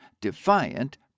defiant